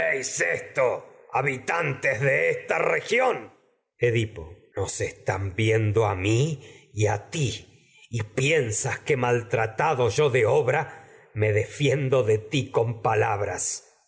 esto habitantes de esta región están edipo nos viendo a mí y a ti y piensan que maltratado yo de obra pues no me defiendo de ti con palabras